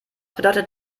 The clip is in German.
bedeutet